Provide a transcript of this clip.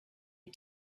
you